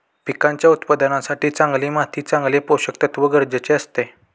पिकांच्या उत्पादनासाठी चांगली माती चांगले पोषकतत्व गरजेचे असते